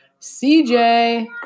CJ